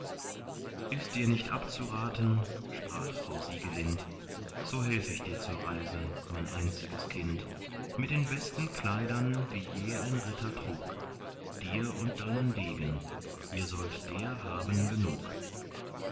ist dir nicht abzuraten sprach frau siegelind so helf ich dir zur reise mein einziges kind mit den besten kleidern die je ein ritter trug dir und deinen degen ihr sollt der haben genug